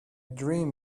dream